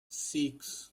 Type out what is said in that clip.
six